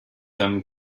them